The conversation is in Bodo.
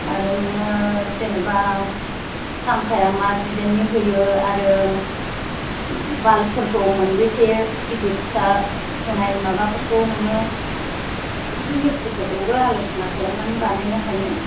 आरो नोङो जेनेबा फांखाया मा डिजेननि होयो आरो बाल्बफोरखौ मोनबेसे गिदिर फिसा होनाय माबाफोरखौ नोङो एसे मिसट्रिफोरजोंबो आल'सना खालामनानै बानायनो हायो